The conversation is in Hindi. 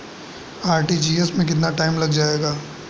आर.टी.जी.एस में कितना टाइम लग जाएगा?